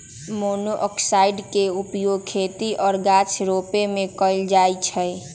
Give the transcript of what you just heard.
मोलॉक्साइड्स के उपयोग खेती आऽ गाछ रोपे में कएल जाइ छइ